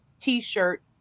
T-shirt